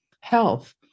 health